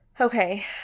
okay